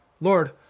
Lord